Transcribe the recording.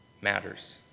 matters